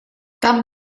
там